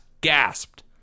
gasped